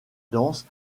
danse